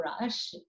rush